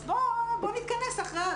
אז בוא נתכנס אחרי.